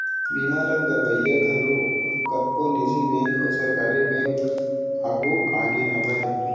बीमा ल करवइया घलो कतको निजी बेंक अउ सरकारी बेंक आघु आगे हवय